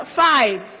five